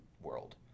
world